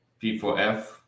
P4F